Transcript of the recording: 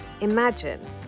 Imagine